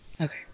Okay